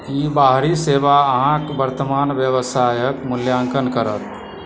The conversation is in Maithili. ई बाहरी सेवा अहाँक वर्त्तमान व्यवसायक मूल्याङ्कन करत